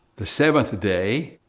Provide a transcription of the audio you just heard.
the seventh day,